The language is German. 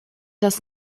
das